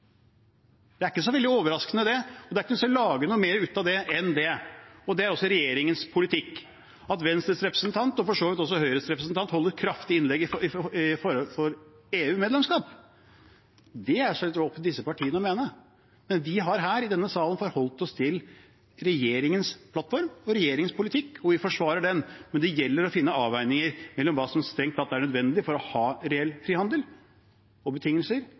Det er ikke så veldig overraskende, og det er ingen vits i å lage noe mer ut av det enn det. Det er også regjeringens politikk. At Venstres representant, og for så vidt også Høyres representant, holder kraftige innlegg for EU-medlemskap – det er det selvsagt opp til disse partiene å mene. Vi har her i denne salen forholdt oss til regjeringens plattform og regjeringens politikk, og vi forsvarer den. Men det gjelder å finne avveininger mellom hva som strengt tatt er nødvendig for å ha reell frihandel og betingelser,